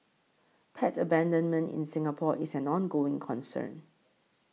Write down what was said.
pet abandonment in Singapore is an ongoing concern